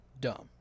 dumb